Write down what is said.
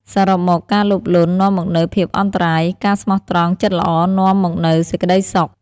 សរុបមក ការលោភលន់នាំមកនូវភាពអន្តរាយ ការស្មោះត្រង់ ចិត្តល្អ នាំមកនូវសេចក្ដីសុខ។